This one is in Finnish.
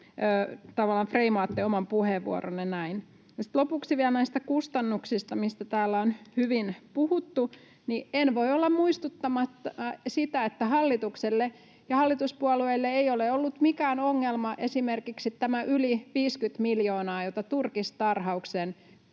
freimaatte oman puheenvuoronne näin. Sitten lopuksi vielä näistä kustannuksista, mistä täällä on hyvin puhuttu. En voi olla muistuttamatta siitä, että hallitukselle ja hallituspuolueille ei ole ollut mikään ongelma esimerkiksi tämä yli 50 miljoonaa, jota turkistarhauksen